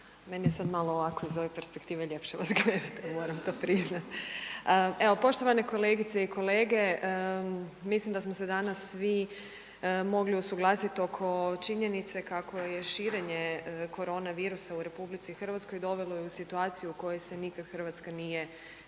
Meni je sad malo ovako iz ove perspektive ljepše vas gledat, moram to priznat. Evo poštovane kolegice i kolege, mislim da smo se danas svi mogli usuglasit oko činjenice kako je širenje koronavirusa u RH dovelo i u situaciju u kojoj se nikad RH nije našla